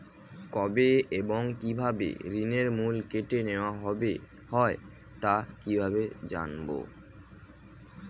কবে এবং কিভাবে ঋণের মূল্য কেটে নেওয়া হয় তা কিভাবে জানবো?